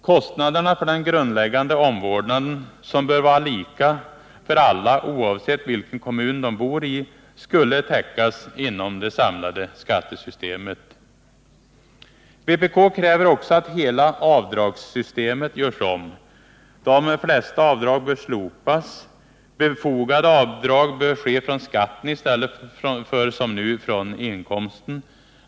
Kostnaderna för den grundläggande omvårdnaden, som bör vara lika för alla oavsett vilken kommun de bor i, skulle täckas inom det samlade skattesystemet. Vpk kräver också att hela avdragssystemet görs om. De flesta avdrag bör slopas. Befogade avdrag bör ske från skatten i stället för som nu från inkomsten.